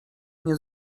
nie